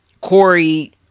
Corey